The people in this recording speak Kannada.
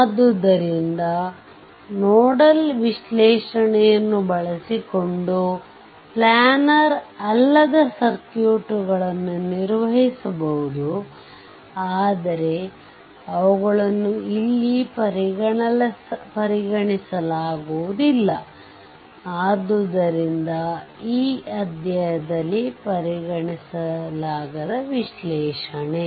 ಆದ್ದರಿಂದ ನೋಡಲ್ ವಿಶ್ಲೇಷಣೆಯನ್ನು ಬಳಸಿಕೊಂಡು ಪ್ಲ್ಯಾನರ್ ಅಲ್ಲದ ಸರ್ಕ್ಯೂಟ್ಗಳನ್ನು ನಿರ್ವಹಿಸಬಹುದು ಆದರೆ ಅವುಗಳನ್ನು ಇಲ್ಲಿ ಪರಿಗಣಿಸಲಾಗುವುದಿಲ್ಲ ಆದ್ದರಿಂದ ಈ ಅಧ್ಯಾಯದಲ್ಲಿ ಪರಿಗಣಿಸಲಾಗದ ವಿಶ್ಲೇಷಣೆ